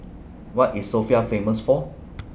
What IS Sofia Famous For